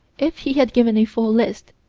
if he had given a full list,